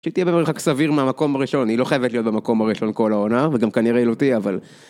שתהיה במרחק סביר מהמקום הראשון, היא לא חייבת להיות במקום הראשון כל העונה, וגם כנראה היא לא תהייה, אבל...